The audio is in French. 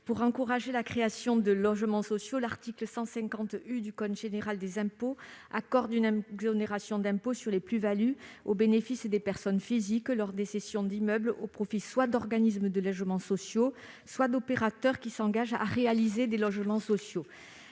Pour encourager la création de logements sociaux, l'article 150 U du code général des impôts accorde une exonération d'impôt sur les plus-values au bénéfice des personnes physiques lors des cessions d'immeubles au profit soit d'organismes de logements sociaux, soit d'opérateurs qui s'engagent à réaliser des logements sociaux.